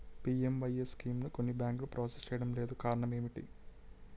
PMAY స్కీమును కొన్ని బ్యాంకులు ప్రాసెస్ చేయడం లేదు కారణం ఏమిటి?